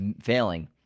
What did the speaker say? failing